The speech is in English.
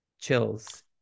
Chills